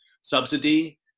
subsidy